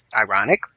Ironic